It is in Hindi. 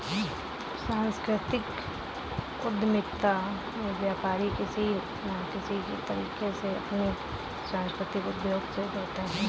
सांस्कृतिक उद्यमिता में व्यापारी किसी न किसी तरीके से अपनी संस्कृति को उद्योग से जोड़ते हैं